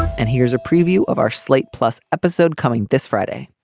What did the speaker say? and here's a preview of our slate plus episode coming this friday.